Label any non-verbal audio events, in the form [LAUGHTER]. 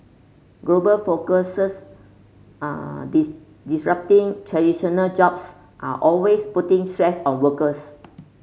global focuses [HESITATION] disrupting traditional jobs are always putting stress on workers